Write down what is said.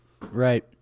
Right